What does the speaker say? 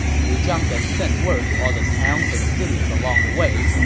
liu zhang then sent word to all the towns and cities along the way,